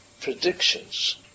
predictions